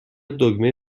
دکمه